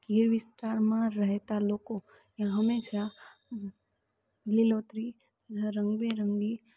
ગીર વિસ્તારમાં રહેતાં લોકો એ હંમેશા લીલોતરી રંગબેરંગી